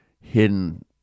hidden